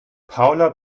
paula